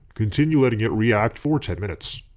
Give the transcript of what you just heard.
continue letting it react for ten minutes.